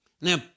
Now